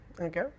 okay